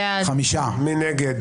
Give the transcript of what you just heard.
מי נגד?